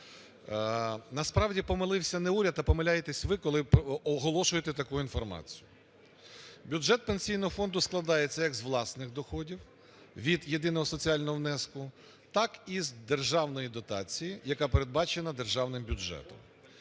Насправді помилився не уряд, а помиляєтесь ви, коли оголошуєте таку інформацію. Бюджет Пенсійного фонду складається як з власних доходів від єдиного соціального внеску, так і з державної дотації, яка передбачена державним бюджетом.